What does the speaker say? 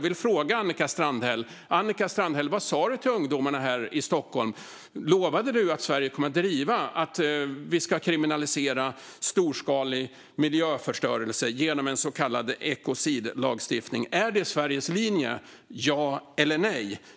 Vad sa du, Annika Strandhäll, till ungdomarna i Stockholm? Lovade du att Sverige kommer att driva kriminalisering av storskalig miljöförstörelse med hjälp av en så kallad ekocidlagstiftning? Är det Sveriges linje? Ja eller nej!